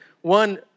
one